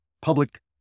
public